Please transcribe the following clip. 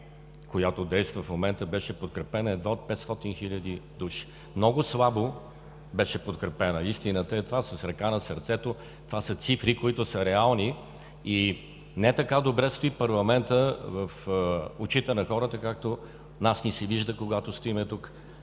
която действа в момента, беше подкрепена едва от 500 хиляди души. Много слабо беше подкрепена. Това е истината с ръка на сърцето, това са реални цифри. Не така добре стои парламентът в очите на хората, както но нас ни се вижда, когато стоим тук.